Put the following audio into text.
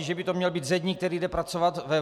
Že by to měl být zedník, který jde pracovat ven?